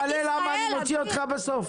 אביר אתה מתפלא למה אני מוציא אותך בסוף?